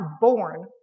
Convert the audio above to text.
born